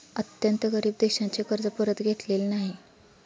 अत्यंत गरीब देशांचे कर्ज परत घेतलेले नाही